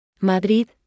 Madrid